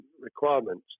requirements